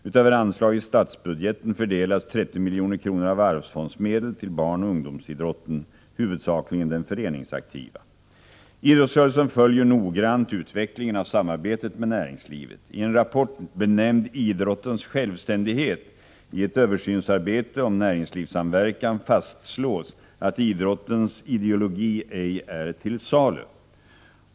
Utöver anslag i statsbudgeten fördelas 30 övning Idrottsrörelsen följer noggrant utvecklingen av samarbetet med näringslivet. I en rapport benämnd Idrottens självständighet i ett översynsarbete om näringslivssamverkan fastslås att idrottens ideologi ej är till salu.